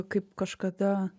kaip kažkada